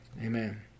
amen